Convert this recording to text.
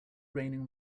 raining